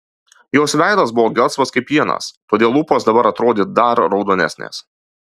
jos veidas buvo gelsvas kaip pienas todėl lūpos dabar atrodė dar raudonesnės